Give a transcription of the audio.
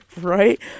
Right